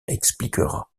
expliquera